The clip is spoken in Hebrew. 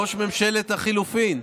ראש ממשלת החילופין.